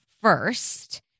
first